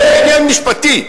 זה עניין משפטי.